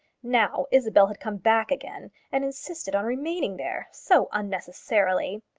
now isabel had come back again, and insisted on remaining there so unnecessarily!